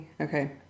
Okay